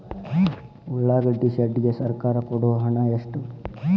ಉಳ್ಳಾಗಡ್ಡಿ ಶೆಡ್ ಗೆ ಸರ್ಕಾರ ಕೊಡು ಹಣ ಎಷ್ಟು?